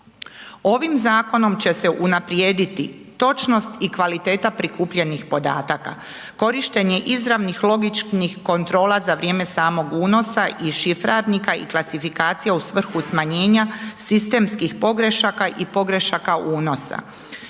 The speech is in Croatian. Ovim zakonom će se unaprijediti točnost i kvaliteta prikupljenih podataka, korištenje izravnih logičnih kontrola za vrijeme samog unosa i šifrarnika i klasifikacija u svrhu smanjenja sistemskih pogrešaka i pogrešaka unosa.